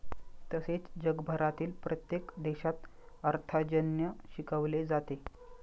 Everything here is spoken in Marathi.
तसेच जगभरातील प्रत्येक देशात अर्थार्जन शिकवले जाते